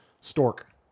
Stork